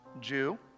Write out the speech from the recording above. Jew